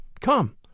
Come